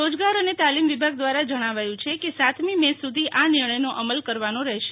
રોજગાર અને તાલીમ વિભાગ દ્વારા જણાવાયુ છે કે સાતમી મે સુ ધી આ નિર્ણયનો અમલ કરવાનો રહેશે